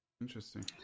Interesting